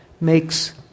makes